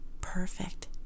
perfect